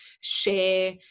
share